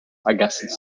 agassiz